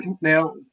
Now